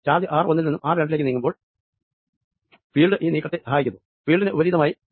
charge R ഒന്നിൽ നിന്നും R രണ്ടിലേക്ക് നീങ്ങുമ്പോൾ ഫീൽഡ് ഈ നീക്കത്തെ സഹായിക്കുന്നു ഫീൽഡിന് വിപരീതമായാണ് നീങ്ങുന്നത്